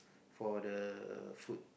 for the food